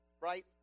right